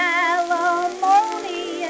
alimony